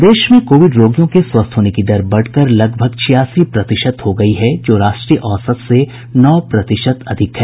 प्रदेश में कोविड रोगियों के स्वस्थ होने की दर बढ़कर लगभग छियासी प्रतिशत हो गयी है जो राष्ट्रीय औसत से नौ प्रतिशत अधिक है